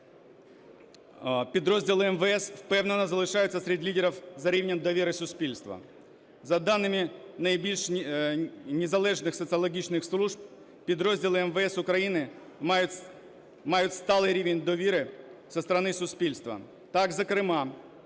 підрозділи МВС впевнено залишаються серед лідерів за рівнем довіри суспільства. За даними найбільш незалежних соціологічних служб підрозділи МВС України мають сталий рівень довіри зі сторони суспільства. Так, зокрема,